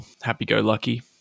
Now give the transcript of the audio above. happy-go-lucky